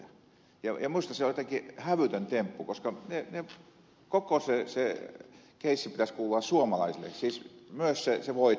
minusta se on jotenkin hävytön temppu koska koko sen keissin pitäisi kuulua suomalaisille siis myös sen voitto osuuden